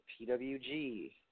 PWG